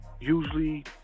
Usually